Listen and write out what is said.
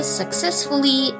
successfully